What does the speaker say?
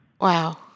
Wow